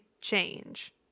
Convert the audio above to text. change